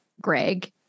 Greg